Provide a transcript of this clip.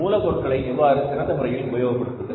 மூலப் பொருட்களை எவ்வாறு சிறந்த முறையில் உபயோகப்படுத்துவது